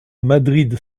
madrid